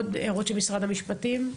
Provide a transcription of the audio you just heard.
עוד הערות של משרד המשפטים.